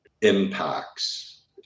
impacts